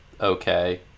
okay